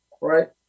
right